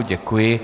Děkuji.